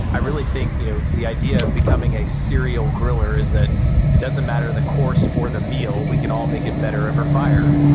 i really think you know the idea of becoming a serial griller is that it doesn't matter the course or the meal, we can all make it better over fire.